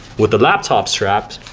with the laptop strap,